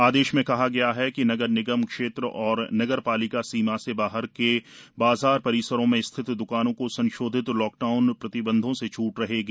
आदेश में कहा गया है कि नगर निगम क्षेत्र और नगर पालिका सीमा से बाहर के बाजार परिसरों में स्थित द्कानों को संशोधित लॉकडाउन प्रतिबंधों से छूट रहेगी